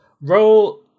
Roll